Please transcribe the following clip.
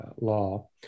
law